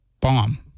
bomb